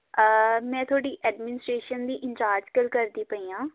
ਮੈਂ ਤੁਹਾਡੀ ਐਡਮਿਨਸਟ੍ਰੇਸ਼ਨ ਦੀ ਇੰਚਾਰਜ ਗੱਲ ਕਰਦੀ ਪਈ ਹਾਂ